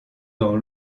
dans